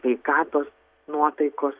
sveikatos nuotaikos